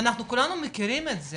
ואנחנו כולנו מכירים את זה,